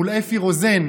מול אפי רוזן,